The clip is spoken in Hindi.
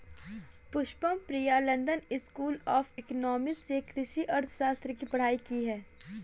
Pushpam Priya London School of Economics से कृषि अर्थशास्त्र की पढ़ाई की है